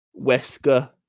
Wesker